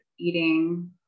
eating